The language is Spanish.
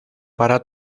para